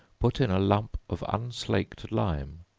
put in a lump of unslaked lime,